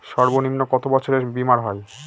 সর্বনিম্ন কত বছরের বীমার হয়?